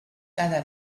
cada